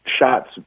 shots